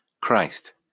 Christ